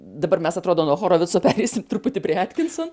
dabar mes atrodo nuo horovico pereisim truputį prie atinson